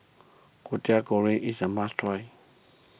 Kwetiau Goreng is a must try